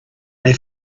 they